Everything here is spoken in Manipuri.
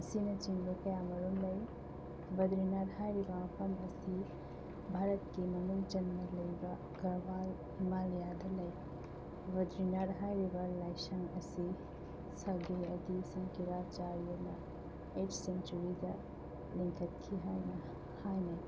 ꯑꯁꯤꯅꯆꯤꯡꯕ ꯀꯌꯥꯃꯔꯨꯝ ꯂꯩ ꯕꯗ꯭ꯔꯤꯅꯥꯠ ꯍꯥꯏꯔꯤꯕ ꯃꯐꯃ ꯑꯁꯤ ꯚꯥꯔꯠꯀꯤ ꯃꯅꯨꯡ ꯆꯟꯅ ꯂꯩꯕ ꯒ꯭ꯔꯋꯥ ꯍꯤꯃꯥꯂꯌꯥꯗ ꯂꯩ ꯕꯗ꯭ꯔꯤꯅꯥꯠ ꯍꯥꯏꯔꯤꯕ ꯂꯥꯏꯁꯪ ꯑꯁꯤ ꯁꯥꯎꯗꯨ ꯑꯗꯤ ꯁꯪꯀꯤꯔꯥ ꯑꯆꯥꯔꯌꯥꯅ ꯑꯦꯠ ꯁꯦꯟꯆꯨꯔꯤꯗ ꯂꯤꯡꯈꯠꯈꯤ ꯍꯥꯏꯅ ꯍꯥꯏꯅꯩ